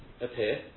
appear